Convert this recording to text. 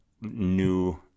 new